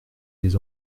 les